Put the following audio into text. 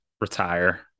retire